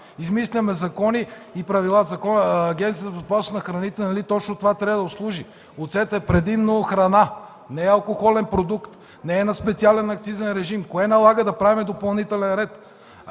Измисляме закони и правила. Агенцията по безопасност на храните нали точно това трябва да обслужи? Оцетът е предимно храна, не е алкохолен продукт, не е на специален акцизен режим. Кое налага да правим допълнителен ред?